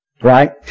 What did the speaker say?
Right